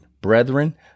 Brethren